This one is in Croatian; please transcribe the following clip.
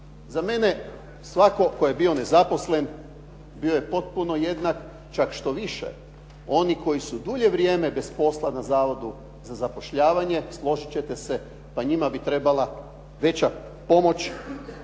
Za mene svatko tko je bio nezaposlen bio je potpuno jednak. Čak štoviše, oni koji su dulje vrijeme bez posla na Zavodu za zapošljavanje složit ćete se pa njima bi trebala veća pomoć